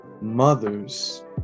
mothers